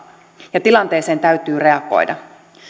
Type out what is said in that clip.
ja tilanteeseen täytyy reagoida